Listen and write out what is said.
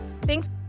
Thanks